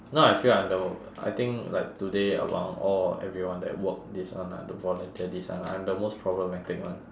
now I feel like I'm the I think like today among all everyone that work this one ah to volunteer this one ah I am the most problematic one